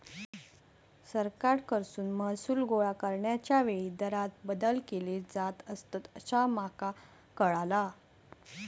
सरकारकडसून महसूल गोळा करण्याच्या वेळी दरांत बदल केले जात असतंत, असा माका कळाला